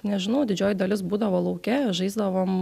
nežinau didžioji dalis būdavo lauke žaisdavom